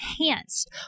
enhanced